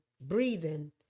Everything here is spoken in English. breathing